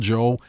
Joe